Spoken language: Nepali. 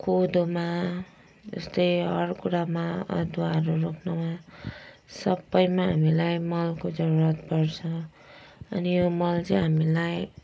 कोदोमा यस्तै हर कुरामा अदुवाहरू रोप्नुमा सबैमा हामीलाई मलको जरुरत पर्छ अनि यो मल चाहिँ हामीलाई